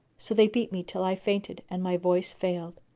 so they beat me till i fainted and my voice failed.